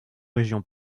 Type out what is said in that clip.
région